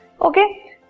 Okay